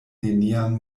nenian